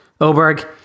Oberg